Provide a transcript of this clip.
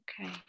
Okay